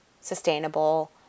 sustainable